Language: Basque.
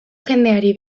jendeari